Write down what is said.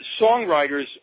songwriters